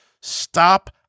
stop